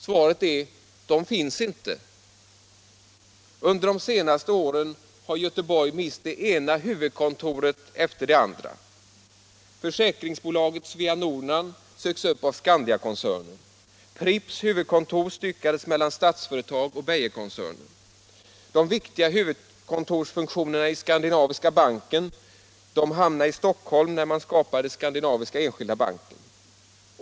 Svaret är: De finns inte. Under de senaste åren har Gö Tisdagen den teborg mist det ena huvudkontoret efter det andra. Försäkringsbolaget 12 april 1977 Svea-Nornan sögs upp av Skandiakoncernen. Pripps huvudkontor styckades mellan Statsföretag och Beijerkoncernen. De viktiga huvudkontors — Om samhällets funktionerna i Skandinaviska Banken hamnade i Stockholm när man = kontroll över skapade Skandinaviska Enskilda Banken.